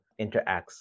interacts